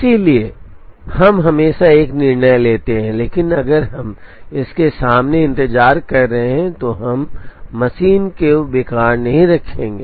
इसलिए हम हमेशा एक निर्णय लेते हैं लेकिन अगर हम इसके सामने इंतजार कर रहे हैं तो हम मशीन को बेकार नहीं रखेंगे